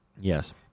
Yes